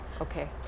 Okay